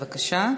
בבקשה,